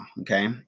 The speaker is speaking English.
okay